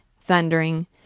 thundering—